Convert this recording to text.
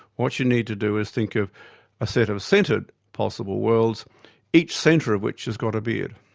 what you need to do is think of a set of centred possible worlds each centre of which has got a beard.